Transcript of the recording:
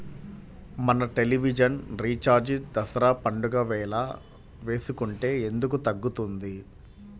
మన television recharge Dussehra పండగ వేళ వేసుకుంటే ఎందుకు తగ్గుతుంది?